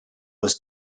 was